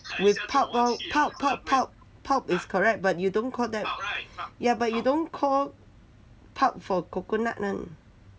with pulp orh pulp pulp pulp pulp is correct but you don't call that ya but you don't call pulp for coconut